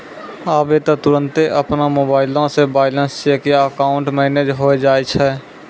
आबै त तुरन्ते अपनो मोबाइलो से बैलेंस चेक या अकाउंट मैनेज होय जाय छै